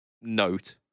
note